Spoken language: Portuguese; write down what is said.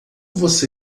você